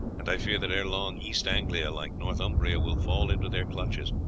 and i fear that ere long east anglia, like northumbria, will fall into their clutches.